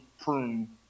prune